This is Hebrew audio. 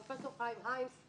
פרופ' חיים היימס,